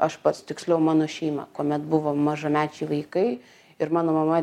aš pats tiksliau mano šeima kuomet buvo mažamečiai vaikai ir mano mama